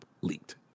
leaked